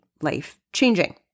life-changing